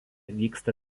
vyksta